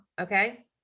Okay